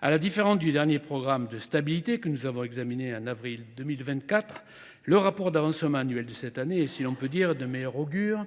à la différence du dernier programme de stabilité que nous avons examiné en avril 2024, le rapport d'avancement annuel de cette année est, si l'on peut dire, de meilleur augure,